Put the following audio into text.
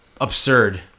absurd